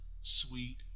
sweet